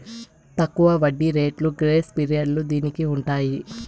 తక్కువ వడ్డీ రేట్లు గ్రేస్ పీరియడ్లు దీనికి ఉంటాయి